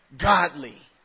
godly